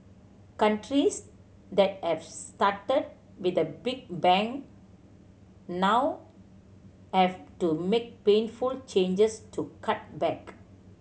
countries that have started with a big bang now have to make painful changes to cut back